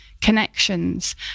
connections